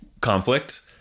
conflict